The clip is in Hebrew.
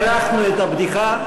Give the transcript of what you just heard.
הערכנו את הבדיחה,